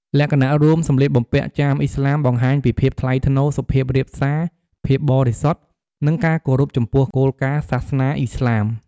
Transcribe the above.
លក្ខណៈរួម: សម្លៀកបំពាក់ចាមឥស្លាមបង្ហាញពីភាពថ្លៃថ្នូរ សុភាពរាបសារ ភាពបរិសុទ្ធ និងការគោរពចំពោះគោលការណ៍សាសនាឥស្លាម។